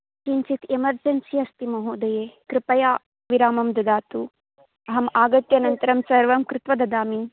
किञ्चित् एमर्जन्सि अस्ति महोदये कृपया विरामं ददातु अहं आगत्य अनन्तरं सर्वं कृत्वा ददामि